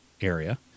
area